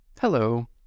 Hello